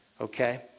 Okay